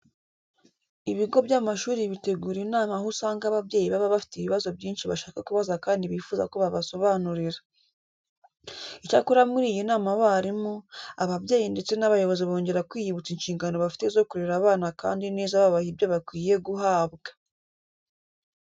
Ibigo by'amashuri bitegura inama aho usanga ababyeyi baba bafite ibibazo byinshi bashaka kubaza kandi bifuza ko babasobanurira. Icyakora muri iyi nama abarimu, ababyeyi ndetse n'abayobozi bongera kwiyibutsa inshingano bafite zo kurera abana kandi neza babaha ibyo bakwiye guhabwa.